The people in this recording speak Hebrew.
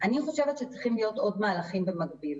אני חושבת שצריכים להיות עוד מהלכים במקביל.